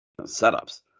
setups